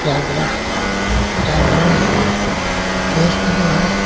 पर्यावरण पर्यावरण ही देश को जो है